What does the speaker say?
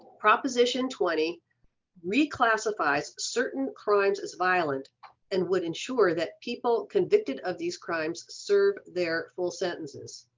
proposition twenty reclassifies certain crimes as violent and would ensure that people convicted of these crimes serve their full sentences.